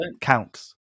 counts